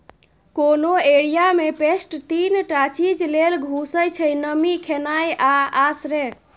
कोनो एरिया मे पेस्ट तीन टा चीज लेल घुसय छै नमी, खेनाइ आ आश्रय